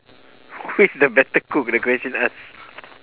who is the better cook the question ask